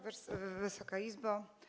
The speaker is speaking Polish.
Wysoka Izbo!